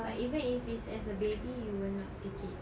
but even if it's as a baby you will not take it